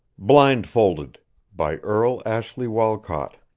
blindfolded by earle ashley walcott